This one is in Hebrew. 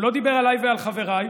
הוא לא דיבר עליי ועל חבריי.